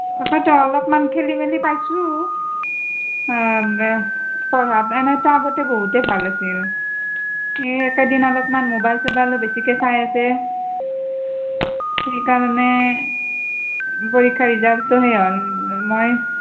তাকেটো অলপমান খেলি মেলি পাইছোঁ পঢ়াত এনেইটো আগতে বহুতেই ভালে আছিল কি এইকেইদিন অলপমান মোবাইল চোবাইলো বেছিকৈ চাই আছে সেইকাৰণে পৰীক্ষাৰ ৰিজাল্টটো সেই হ'ল মই